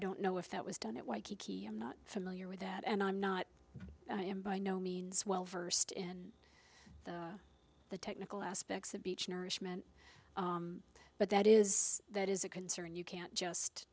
don't know if that was done at waikiki i'm not familiar with that and i'm not i am by no means well versed in the technical aspects of beach nourishment but that is that is a concern and you can't just